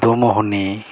Domohani